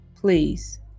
please